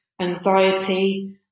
anxiety